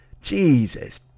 Jesus